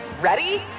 Ready